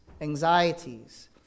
anxieties